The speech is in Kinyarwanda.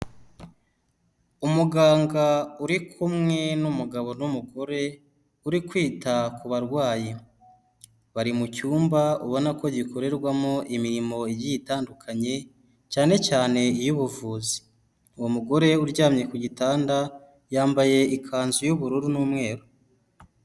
Umuganga uri kumwe n'umugabo n'umugore uri kwita ku barwayi, bari mu cyumba ubona ko gikorerwamo imirimo igiye itandukanye cyane cyane iy'ubuvuzi, uwo mugore uryamye ku gitanda yambaye ikanzu y'ubururu n'umweru.